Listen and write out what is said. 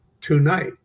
tonight